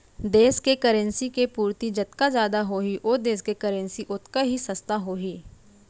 देस के करेंसी के पूरति जतका जादा होही ओ देस के करेंसी ओतका ही सस्ता होही